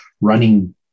running